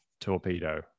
torpedo